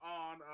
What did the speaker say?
on